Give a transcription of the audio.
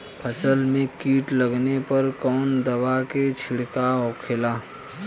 फसल में कीट लगने पर कौन दवा के छिड़काव होखेला?